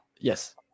Yes